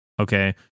okay